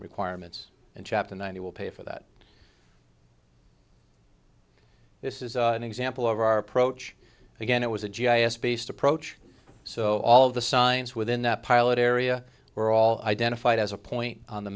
requirements and chapter nine you will pay for that this is an example of our approach again it was a g i s based approach so all of the signs within that pilot area were all identified as a point on the